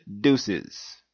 deuces